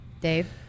Dave